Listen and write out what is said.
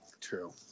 True